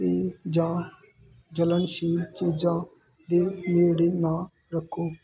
ਤੇ ਜਾ ਜਲਨਸ਼ੀਲ ਚੀਜ਼ਾਂ ਦੇ ਨੇੜੇ ਨਾ ਰੱਖੋ